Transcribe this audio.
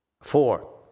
Four